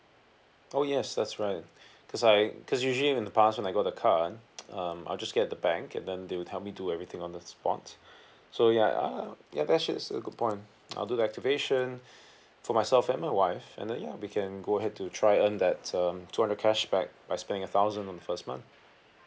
oh yes that's right cause I cause usually in the past when I got the card um I'll just get at the bank and then they will help me do everything on the spot so ya ah ya that's just a good point I'll do the activation for myself and my wife and then ya we can go ahead to try earn that um two hundred cashback by spending a thousand on the first month